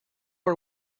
are